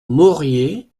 moriez